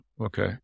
okay